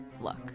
Look